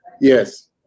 Yes